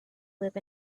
live